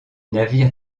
navires